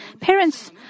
Parents